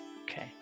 Okay